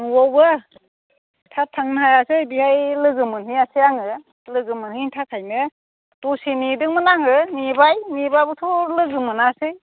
न'आवबो थाब थांनो हायाखै बेहाय लोगो मोनहैयासै आङो लोगो मोनहैयैनि थाखायनो दसे नेदोंमोन आङो नेबाय नेबाबोथ' लोगो मोनासै